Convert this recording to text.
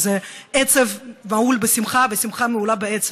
וזה עצב מהול בשמחה ושמחה מהולה בעצב,